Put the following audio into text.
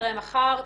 נתראה מחר.